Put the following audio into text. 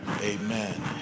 amen